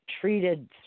treated